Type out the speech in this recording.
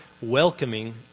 welcoming